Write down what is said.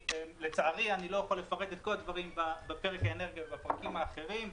לצערי לא אוכל לפרט את כל הדברים בפרק האנרגיה ובפרקים האחרים.